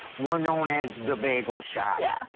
we're known as the bagel shop, yeah.